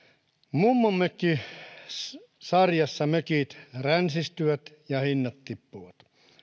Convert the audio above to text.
mummonmökkisarjassa mökit ränsistyvät ja hinnat tippuvat